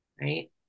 right